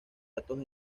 datos